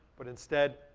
but instead,